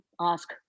ask